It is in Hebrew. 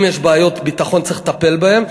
אם יש בעיות ביטחון, צריך לטפל בהן.